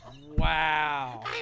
Wow